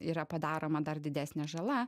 yra padaroma dar didesnė žala